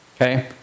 Okay